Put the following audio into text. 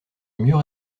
mieux